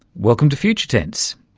welcome to future tense.